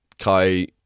Kai